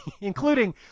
including –